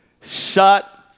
Shut